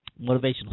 motivational